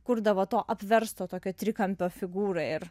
kurdavo to apversto tokio trikampio figūrą ir